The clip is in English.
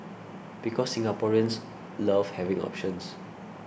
because Singaporeans love having options